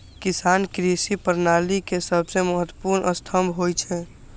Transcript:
किसान कृषि प्रणाली के सबसं महत्वपूर्ण स्तंभ होइ छै